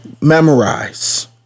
memorize